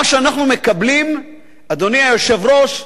מה שאנחנו מקבלים, אדוני היושב-ראש,